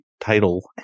title